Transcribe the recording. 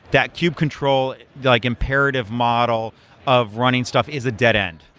that cube control, like imperative model of running stuff is a dead-end.